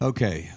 Okay